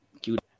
cute